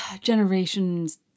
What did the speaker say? generations-